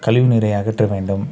கழிவு நீரை அகற்ற வேண்டும்